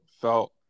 felt